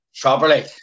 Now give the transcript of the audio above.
properly